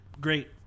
Great